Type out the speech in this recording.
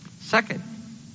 Second